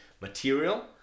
material